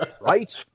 right